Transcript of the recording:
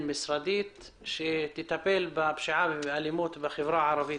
משרדית שתטפל בפשיעה ובאלימות בחברה הערבית